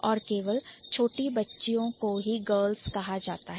और केवल छोटी बच्चियों को ही Girls कहां जाता है